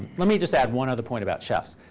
let me just add one other point about chefs.